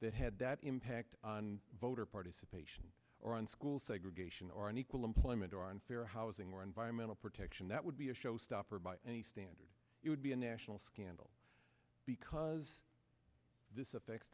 that had that impact on voter participation or on school segregation or unequal employment or on fair housing or environmental protection that would be a showstopper by any standard it would be a national scandal because this affects